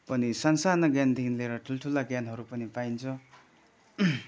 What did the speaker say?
पनि सानो सानो ज्ञानदेखि लिएर ठुल्ठुला ज्ञानहरू पनि पाइन्छ